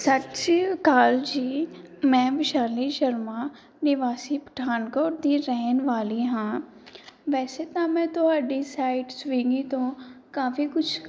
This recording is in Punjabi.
ਸਤਿ ਸ੍ਰੀ ਅਕਾਲ ਜੀ ਮੈਂ ਵਿਸ਼ਾਲੀ ਸ਼ਰਮਾ ਨਿਵਾਸੀ ਪਠਾਨਕੋਟ ਦੀ ਰਹਿਣ ਵਾਲੀ ਹਾਂ ਵੈਸੇ ਤਾਂ ਮੈਂ ਤੁਹਾਡੀ ਸਾਈਟ ਸਵੀਗੀ ਤੋਂ ਕਾਫ਼ੀ ਕੁਛ